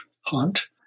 Hunt